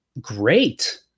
Great